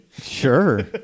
Sure